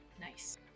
Nice